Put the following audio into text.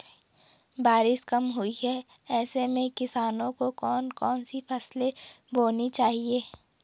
बारिश कम हुई है ऐसे में किसानों को कौन कौन सी फसलें बोनी चाहिए?